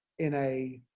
in a,